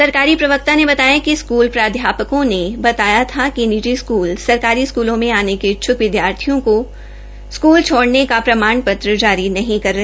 सरकारी प्रवक्ता ने बताया कि स्कूल प्राध्यपकों को बताया था कि निजी स्कूल सरकारी स्कूलों में आने के इच्छूक विद्यार्थियों को स्कूल छोड़ने का प्रमाण पत्र जारी नहीं कर रहे